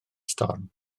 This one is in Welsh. storm